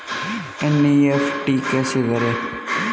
NEFT कैसे करें?